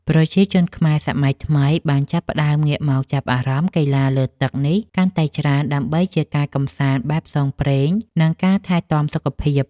ប្រជាជនខ្មែរសម័យថ្មីបានចាប់ផ្តើមងាកមកចាប់អារម្មណ៍កីឡាលើទឹកនេះកាន់តែច្រើន ដើម្បីជាការកម្សាន្តបែបផ្សងព្រេង និងការថែទាំសុខភាព។